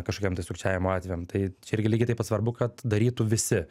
kažkokiem tai sukčiavimo atvejam tai čia irgi lygiai taip pat svarbu kad darytų visi